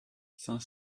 cinq